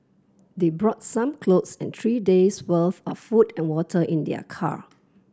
they brought some clothes and three days' worth of food and water in their car